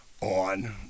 on